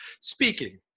Speaking